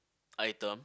item